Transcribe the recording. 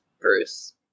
Bruce